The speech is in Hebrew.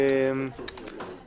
(הוראת שעה),